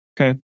Okay